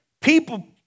People